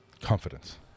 Confidence